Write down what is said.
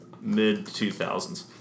mid-2000s